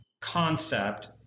concept